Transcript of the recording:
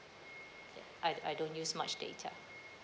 ya I I don't use much data